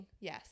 Yes